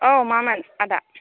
औ मामोन आदा